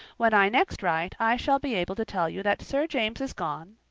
when i next write i shall be able to tell you that sir james is gone,